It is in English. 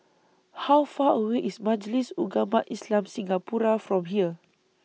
How Far away IS Majlis Ugama Islam Singapura from here